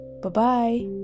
Bye-bye